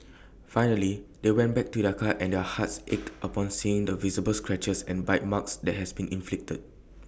finally they went back to their car and their hearts ached upon seeing the visible scratches and bite marks that has been inflicted